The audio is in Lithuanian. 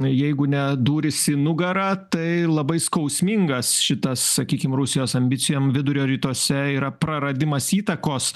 jeigu ne dūris į nugarą tai labai skausmingas šitas sakykim rusijos ambicijom vidurio rytuose yra praradimas įtakos